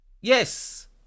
Yes